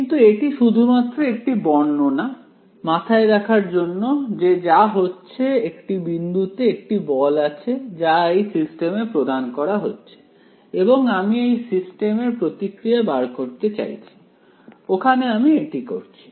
কিন্তু এটি শুধুমাত্র একটি বর্ণনা মাথায় রাখার জন্য যে যা হচ্ছে একটি বিন্দুতে একটি বল আছে যা এই সিস্টেমে প্রদান করা হচ্ছে এবং আমি এই সিস্টেম এর প্রতিক্রিয়া বার করতে চাইছি ওখানে আমি এটি করছি